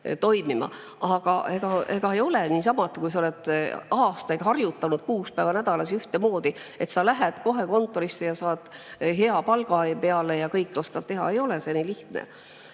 Ega ei ole niisama, et kui sa oled aastaid harjutanud kuus päeva nädalas ühtemoodi, siis lähed kohe kontorisse ja saad hea palga peale ja kõike oskad teha. Ei ole see nii lihtne.